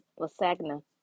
lasagna